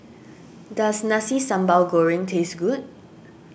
does Nasi Sambal Goreng taste good